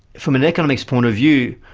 from an economics' point of view,